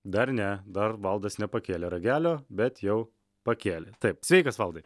dar ne dar valdas nepakėlė ragelio bet jau pakėlė taip sveikas valdai